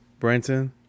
Branton